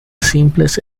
simples